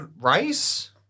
rice